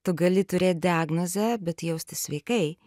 tu gali turėt diagnozę bet jaustis sveikai